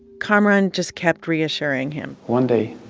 kamaran just kept reassuring him one day,